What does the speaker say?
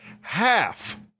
half